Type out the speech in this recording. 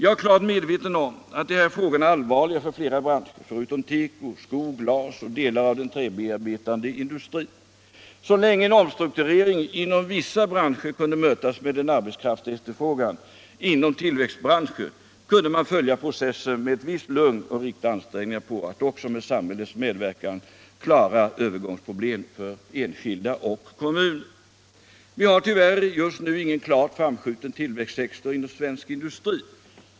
Jag är klart medveten om att de här frågorna är allvarliga för flera branscher förutom teko-, sko-, glasoch delar av den träbearbetande industrin. Så länge en omstrukturering inom vissa branscher kunde mötas med en arbetskraftsefterfrågan inom tillväxtbranscher kunde man följa processen med ett visst lugn och rikta ansträngningarna på att också med samhällets medverkan klara övergångsproblemen för enskilda och kommuner. Vi har tyvärr just nu ingen klart framskjuten tillväxtsektor inom svensk industri.